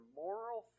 moral